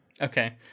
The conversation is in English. Okay